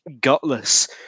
gutless